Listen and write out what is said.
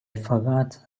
forgot